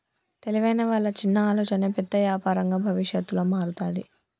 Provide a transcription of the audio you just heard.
తెలివైన వాళ్ళ చిన్న ఆలోచనే పెద్ద యాపారంగా భవిష్యత్తులో మారతాది